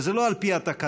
וזה לא על פי התקנון,